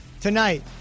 tonight